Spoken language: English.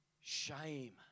shame